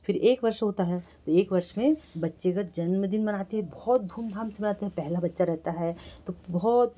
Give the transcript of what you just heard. फिर एक वर्ष होता है एक वर्ष में बच्चे का जनमदिन मनाते हैं बहुत धूम धाम से मनाते हैं पहला बच्चा रहता है तो बहुत